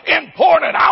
important